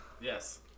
Yes